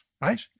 right